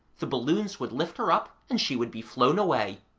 the balloons would lift her up, and she would be flown away.